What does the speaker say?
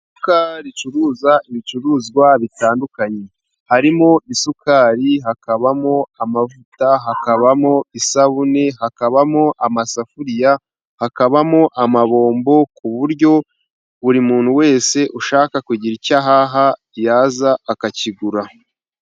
Iduka ricuruza ibicuruzwa bitandukanye. Harimo isukari, hakabamo amavuta, hakabamo isabune, hakabamo amasafuriya, hakabamo amabombo. Ku buryo buri muntu wese ushaka kugira icyo ahaha yaza akakigura.